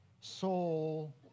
soul